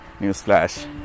Newsflash